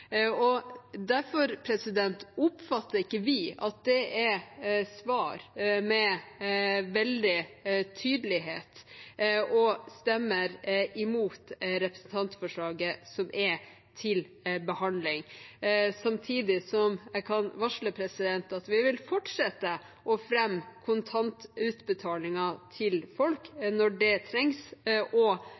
Derfor oppfatter ikke vi at det er et svar med veldig tydelighet, og stemmer imot representantforslaget som er til behandling. Samtidig kan jeg varsle om at vi vil fortsette å fremme kontantutbetalinger til folk når det trengs,